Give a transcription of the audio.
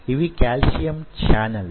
ఇవి కాల్షియం ఛానళ్ళు